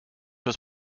was